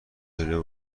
دنیا